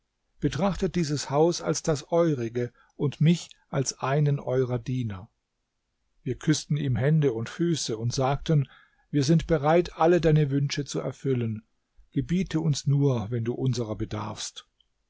betrachtet dieses haus als das eurige und mich als einen eurer diener wir küßten ihm hände und füße und sagten wir sind bereit alle deine wünsche zu erfüllen gebiete uns nur wenn du unser bedarfst